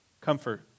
Comfort